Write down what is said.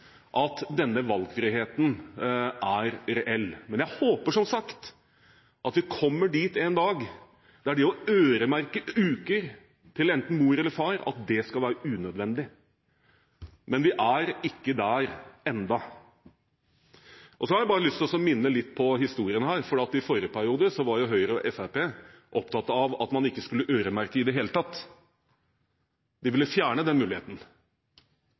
at denne valgfriheten er reell. Men jeg håper som sagt at vi kommer dit en dag, der det å øremerke uker til enten mor eller far skal være unødvendig. Men vi er ikke der ennå. Så har jeg bare lyst til å minne litt om historien her. I forrige periode var Høyre og Fremskrittspartiet opptatt av at man ikke skulle øremerke i det hele tatt. De ville fjerne den muligheten.